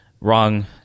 wrong